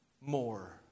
more